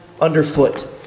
underfoot